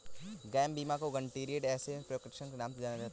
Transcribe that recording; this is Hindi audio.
गैप बीमा को गारंटीड एसेट प्रोटेक्शन के नाम से जाना जाता है